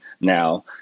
now